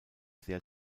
sehr